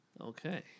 Okay